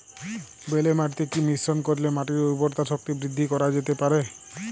বেলে মাটিতে কি মিশ্রণ করিলে মাটির উর্বরতা শক্তি বৃদ্ধি করা যেতে পারে?